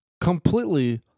Completely